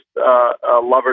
lovers